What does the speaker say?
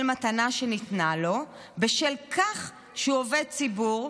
מתנה שניתנה לו בשל כך שהוא עובד ציבור,